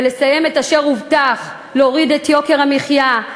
ולסיים את אשר הובטח: להוריד את יוקר המחיה,